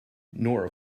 nora